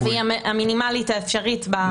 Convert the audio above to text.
כן, והיא המינימלית האפשרית בנסיבות הנוכחיות.